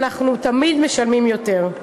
ואנחנו תמיד משלמים יותר.